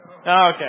Okay